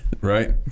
Right